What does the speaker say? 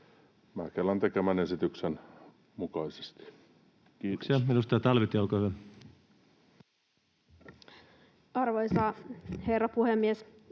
Mäkelän tekemän esityksen mukaisesti. — Kiitos. Kiitoksia. — Edustaja Talvitie, olkaa hyvä. Arvoisa herra puhemies!